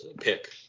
pick